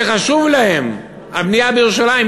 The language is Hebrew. שחשובה להם הבנייה בירושלים,